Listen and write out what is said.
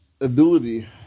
ability